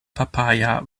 papaya